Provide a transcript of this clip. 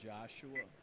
Joshua